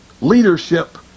leadership